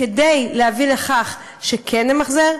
כדי להביא לכך שכן נמחזר,